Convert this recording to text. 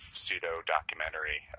pseudo-documentary